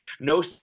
no